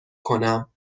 کنم